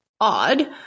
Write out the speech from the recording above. odd